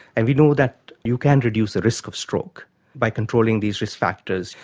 and we know that you can reduce the risk of stroke by controlling these risk factors.